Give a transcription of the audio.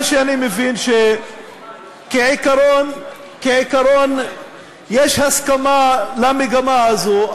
מה שאני מבין זה שכעיקרון יש הסכמה למגמה הזו,